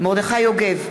מרדכי יוגב,